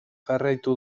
jarraitu